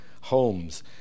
homes